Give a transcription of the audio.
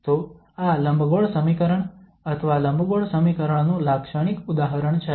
તો આ લંબગોળ સમીકરણ અથવા લંબગોળ સમીકરણનું લાક્ષણિક ઉદાહરણ છે